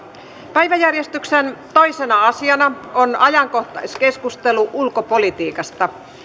päiväjärjestyksen toisena asiana on ajankohtaiskeskustelu ulkopolitiikasta